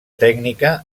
tècnica